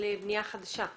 לבנייה חדשה.